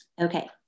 Okay